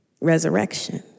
resurrection